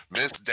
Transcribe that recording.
Miss